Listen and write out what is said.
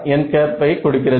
n ஐ கொடுக்கிறது